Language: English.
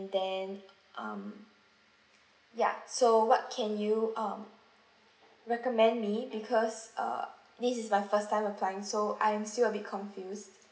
then um ya so what can you um recommend me because uh this is my first time applying so I'm still a bit confused